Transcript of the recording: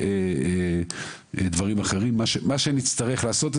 מה שנצטרך לעשות,